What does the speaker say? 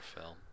film